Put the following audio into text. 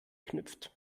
knüpft